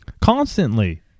Constantly